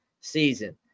season